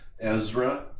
Ezra